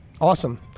awesome